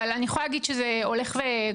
אבל, אני יכול להגיד שזה הולך וגדל.